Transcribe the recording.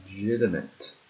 legitimate